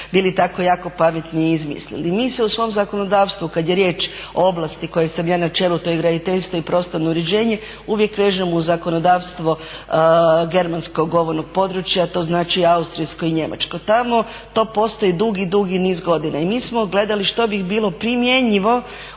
bili tako jako pametni i izmislili. Mi se u svom zakonodavstvu kad je riječ o oblasti kojoj sam ja na čelu to je graditeljstvo i prostorno uređenje uvijek vežem uz zakonodavstvo germanskog govornog područja. To znači austrijsko i njemačko. Tamo to postoji dugi, dugi niz godina. I mi smo gledali što bi bilo primjenjivo